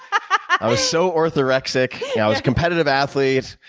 i was so orthorexic, yeah i was a competitive athlete,